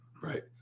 right